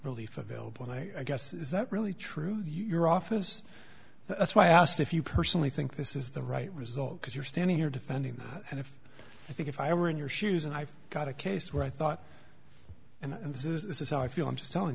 relief available i guess is that really true your office that's why i asked if you personally think this is the right result because you're standing here defending this and if i think if i were in your shoes and i've got a case where i thought and this is this is i feel i'm just telling